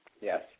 Yes